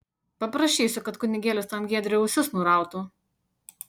paprašysiu kad kunigėlis tam giedriui ausis nurautų